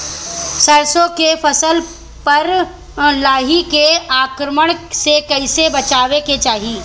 सरसो के फसल पर लाही के आक्रमण से कईसे बचावे के चाही?